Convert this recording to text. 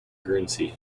guernsey